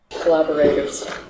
Collaborators